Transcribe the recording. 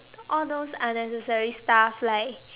all those unnecessary stuff like